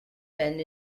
bend